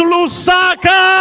Lusaka